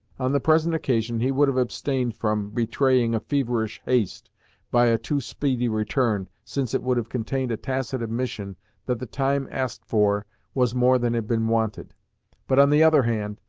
on the present occasion, he would have abstained from betraying a feverish haste by a too speedy return, since it would have contained a tacit admission that the time asked for was more than had been wanted but, on the other hand,